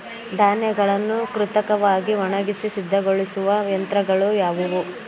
ಧಾನ್ಯಗಳನ್ನು ಕೃತಕವಾಗಿ ಒಣಗಿಸಿ ಸಿದ್ದಗೊಳಿಸುವ ಯಂತ್ರಗಳು ಯಾವುವು?